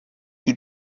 you